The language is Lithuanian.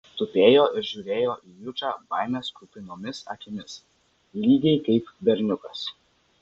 tupėjo ir žiūrėjo į jučą baimės kupinomis akimis lygiai kaip berniukas